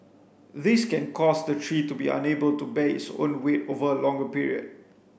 these can cause the tree to be unable to bear its own weight over a longer period